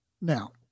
Now